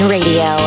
Radio